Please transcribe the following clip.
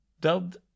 dubbed